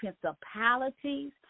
principalities